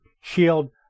shield